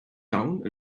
down